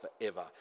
forever